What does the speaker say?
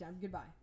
goodbye